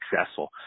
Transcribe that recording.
successful